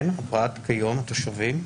כלומר התושבים,